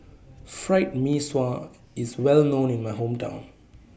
Fried Mee Sua IS Well known in My Hometown